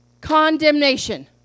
condemnation